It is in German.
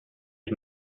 ich